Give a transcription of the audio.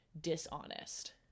dishonest